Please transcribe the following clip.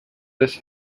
this